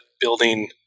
building